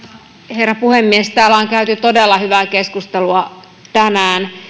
herra puhemies täällä on käyty todella hyvää keskustelua tänään